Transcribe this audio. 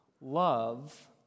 love